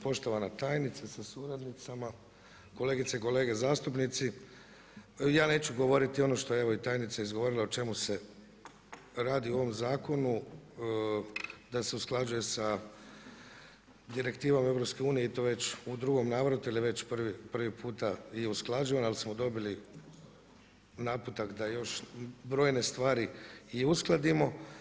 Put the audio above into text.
Poštovana tajnice, sa suradnicama, kolegice i kolege zastupnici, ja neću govoriti ono što je evo i tajnica izgovorila o čemu se radi o ovom zakonu, da se usklađuje sa direktivom iz EU, i to već u drugom navratu, jer je već prvi puta nije usklađena, ali smo dobili naputak da još brojne stvari i uskladimo.